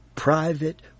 Private